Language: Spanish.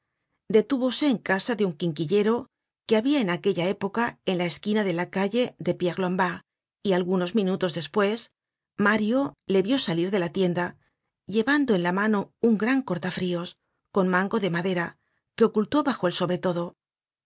detúvose en casa de un quinquillero que habia en aquella época en la esquina de la calle de pierre lombard y algunos minutos despues mario le vió salir dela tienda llevando en la mano un gran corta frios con mango de madera blanca que ocultó bajo el sobretodo